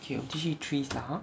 K 我们继续 three star hor